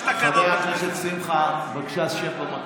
חבר הכנסת שמחה, בבקשה, שב במקום.